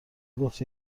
گفت